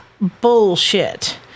bullshit